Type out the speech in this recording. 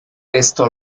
esto